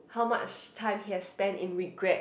how much time he has spent in regret